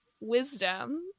wisdom